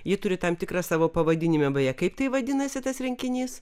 ji turi tam tikrą savo pavadinimą beje kaip tai vadinasi tas rinkinys